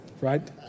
right